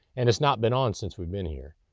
and it's not been on since we've been here.